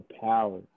power